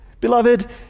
Beloved